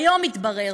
היום התברר